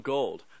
Gold